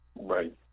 Right